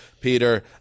Peter